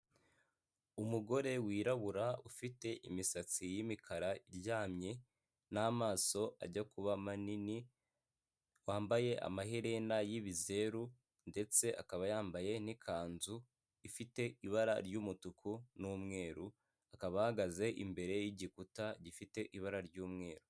Umugore wirabura ufite imisatsi y'imikara iryamye n'amaso ajya kuba manini wambaye amaherena y'ibizeru ndetse akaba yambaye n'ikanzu ifite ibara ry'umutuku n'umweru akaba ahagaze imbere y'igikuta gifite ibara ry'umweru.